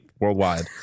worldwide